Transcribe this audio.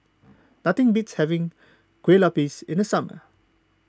nothing beats having Kuih Lopes in the summer